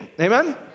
amen